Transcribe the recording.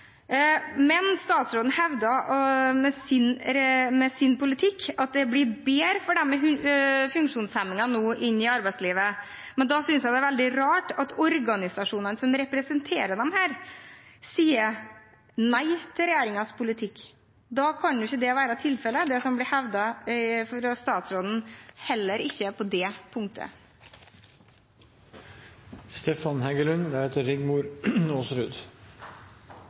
Men statsråden hevder at med hans politikk blir det nå bedre for dem med funksjonshemninger i arbeidslivet. Da synes jeg det er veldig rart at organisasjonene som representerer dem, sier nei til regjeringens politikk. Og da kan det ikke være tilfellet, det som blir hevdet fra statsråden – heller ikke på det